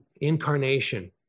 incarnation